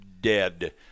dead